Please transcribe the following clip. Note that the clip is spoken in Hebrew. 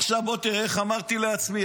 עכשיו בוא תראה איך אמרתי לעצמי,